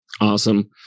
Awesome